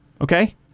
Okay